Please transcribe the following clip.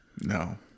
No